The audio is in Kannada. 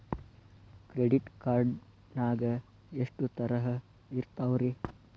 ಕ್ರೆಡಿಟ್ ಕಾರ್ಡ್ ನಾಗ ಎಷ್ಟು ತರಹ ಇರ್ತಾವ್ರಿ?